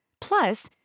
Plus